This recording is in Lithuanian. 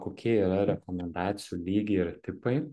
kokie yra rekomendacijų lygiai ir tipai